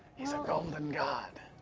he's a golden god!